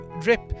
Drip